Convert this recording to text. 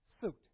suit